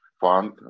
fund